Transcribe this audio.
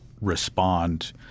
respond